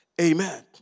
Amen